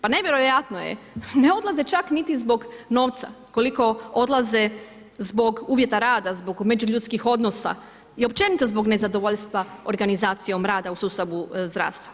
Pa nevjerojatno je, ne odlaze čak niti zbog novca koliko odlaze zbog uvjeta rada, zbog međuljudskih odnosa i općenito zbog nezadovoljstva organizacijom rada u sustavu zdravstva.